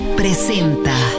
presenta